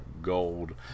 gold